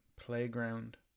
Playground